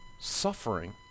suffering